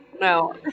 No